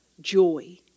joy